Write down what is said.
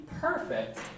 perfect